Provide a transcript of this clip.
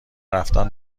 رفتن